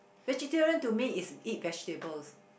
vegetarian to me is eat vegetables